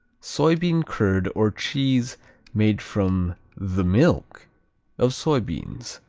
soybean curd or cheese made from the milk of soybeans.